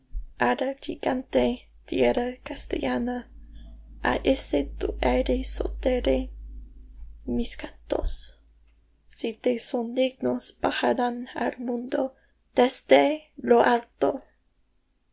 á ese tu aire soltaré mis cantos si te son dignos bajarán al mundo desde lo alto